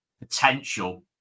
potential